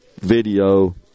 video